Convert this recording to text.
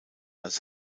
als